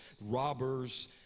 robbers